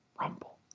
Rumble